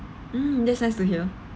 mm that's nice to hear